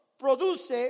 produce